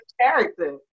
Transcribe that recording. character